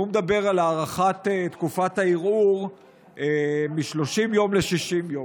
הוא מדבר על הארכת תקופת הערעור מ-30 יום ל-60 יום.